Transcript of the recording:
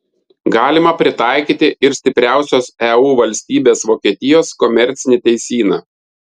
galima pritaikyti ir stipriausios eu valstybės vokietijos komercinį teisyną